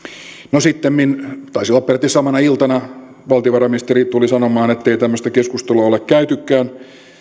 no sittemmin taisi olla peräti samana iltana valtiovarainministeri tuli sanomaan ettei tämmöistä keskustelua ole käytykään